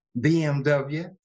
BMW